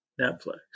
Netflix